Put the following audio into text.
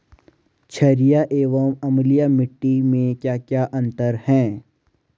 छारीय एवं अम्लीय मिट्टी में क्या क्या अंतर हैं?